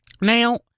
Now